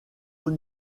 haut